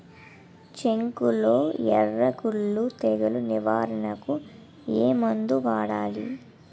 చెఱకులో ఎర్రకుళ్ళు తెగులు నివారణకు ఏ మందు వాడాలి?